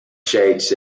shakes